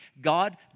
God